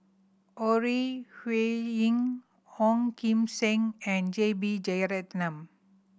Ore Huiying Ong Kim Seng and J B Jeyaretnam